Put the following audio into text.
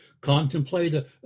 contemplate